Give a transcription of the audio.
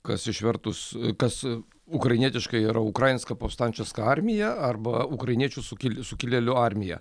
kas išvertus kas ukrainietiškai yra ukrainska pofstančiska armija arba ukrainiečių sukil sukilėlių armija